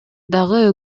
дагы